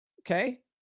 Okay